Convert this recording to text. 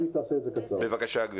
בבקשה.